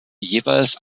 jeweils